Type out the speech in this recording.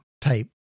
type